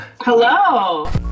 Hello